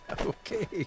Okay